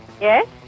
Yes